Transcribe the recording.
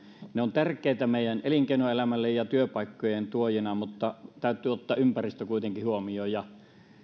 ne ovat tärkeitä meidän elinkeinoelämälle ja työpaikkojen tuojina mutta täytyy ottaa ympäristö kuitenkin huomioon